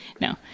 No